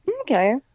Okay